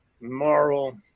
moral